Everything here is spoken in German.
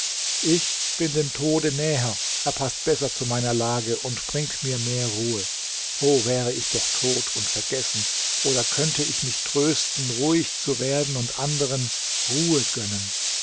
ich bin dem tode näher er paßt besser zu meiner lage und bringt mir mehr ruhe o wäre ich doch tot und vergessen oder könnte ich mich trösten ruhig werden und anderen ruhe gönnen